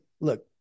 look